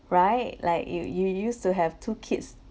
right like you you used to have two kids